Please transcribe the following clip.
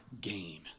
gain